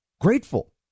grateful